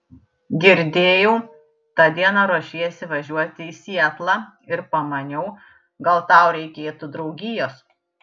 girdėjau tą dieną ruošiesi važiuoti į sietlą ir pamaniau gal tau reikėtų draugijos